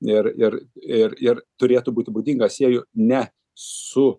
ir ir ir ir turėtų būti būdingas sieju ne su